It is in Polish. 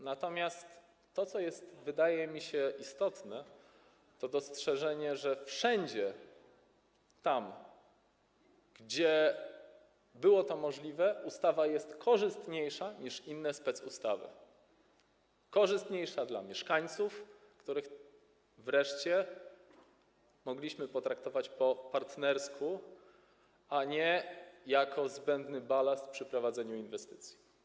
Natomiast to, co jest, wydaje mi się, istotne, to dostrzeżenie, że wszędzie tam, gdzie było to możliwe, ustawa jest korzystniejsza niż inne specustawy, korzystniejsza dla mieszkańców, których wreszcie mogliśmy potraktować po partnersku, a nie jako zbędny balast przy prowadzeniu inwestycji.